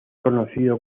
conocido